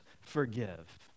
forgive